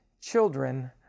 children